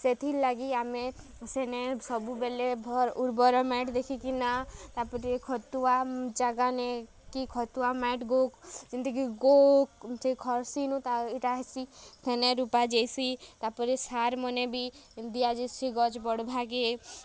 ସେଥିର୍ ଲାଗି ଆମେ ସେନେ ସବୁବେଲେ ଭଲ୍ ଉର୍ବର୍ ମାଏଟ୍ ଦେଖିକିନା ତା'ପ୍ରେ ଖତୁଆ ଜାଗା ନେ କି ଖତୁଆ ମାଏଟ୍ ଗୋ ଯେନ୍ତିକି ଗୋ ଯେ ଖର୍ସିନୁ ତା ଇ'ଟା ହେସି ହେନେ ରୂପା ଯାଏସି ତା'ପ୍ରେ ସାର୍ ମାନେ ବି ଦିଆଯାଏସି ଗଛ୍ ବଢ଼୍ବା'କେ